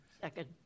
Second